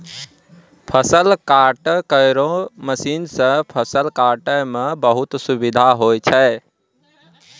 फसल काटै केरो मसीन सँ फसल काटै म बहुत सुबिधा होय छै